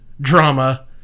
drama